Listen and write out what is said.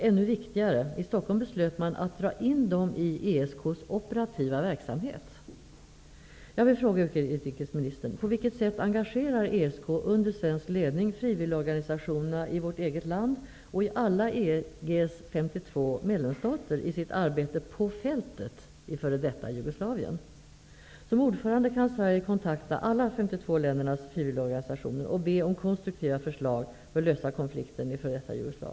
Ännu viktigare är att man i Stockholm beslutat att få med de här organisationera i ESK:s operativa verksamhet. frivilligorganisationerna, i vårt eget land och i alla EG:s 52 medlemsstater, i sitt arbete på fältet i f.d. Jugoslavien? Som ordförandeland kan Sverige kontakta alla de 52 ländernas frivilligorganisationer och be om konstruktiva förslag för att lösa konflikten i f.d.